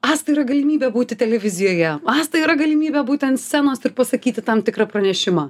asta yra galimybė būt televizijoje asta yra galimybė būti ant scenos ir pasakyti tam tikrą pranešimą